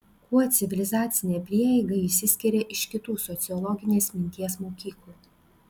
kuo civilizacinė prieiga išsiskiria iš kitų sociologinės minties mokyklų